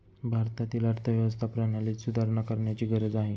भारतीय अर्थव्यवस्था प्रणालीत सुधारणा करण्याची गरज आहे